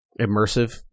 immersive